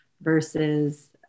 versus